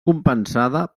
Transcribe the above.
compensada